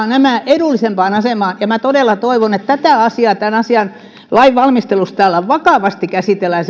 nämä edullisempaan asemaan minä todella toivon että tätä asiaa ja sen vaikutuksia lääkärimääriin tämän lain valmistelussa täällä vakavasti käsitellään